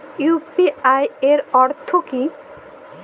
UPI এর অর্থ কি?